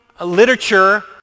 literature